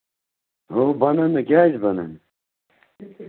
اَو بَنن نا کیٛازِ بَنن نہٕ